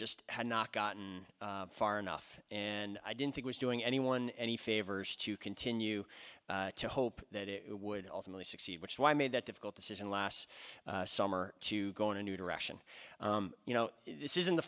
just had not gotten far enough and i didn't think was doing anyone any favors to continue to hope that it would ultimately succeed which is why i made that difficult decision last summer to go in a new direction you know this isn't the